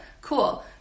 cool